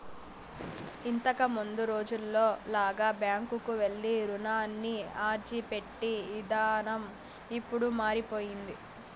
ఇంతకముందు రోజుల్లో లాగా బ్యాంకుకెళ్ళి రుణానికి అర్జీపెట్టే ఇదానం ఇప్పుడు మారిపొయ్యింది